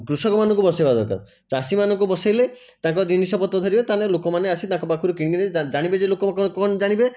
କୃଷକମାନଙ୍କୁ ବସେଇବା ଦରକାର ଚାଷୀମାନଙ୍କୁ ବସେଇଲେ ତାଙ୍କ ଜିନିଷ ପତ୍ର ଧରିବେ ତାମାନେ ଲୋକମାନେ ଆସି ତାଙ୍କ ପାଖରୁ କିଣିକି ନେବେ ଜାଣିବେ ଯେ ଲୋକଙ୍କ କଣ ଜାଣିବେ